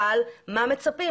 אבל מה מצפים?